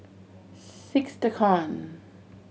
six TEKON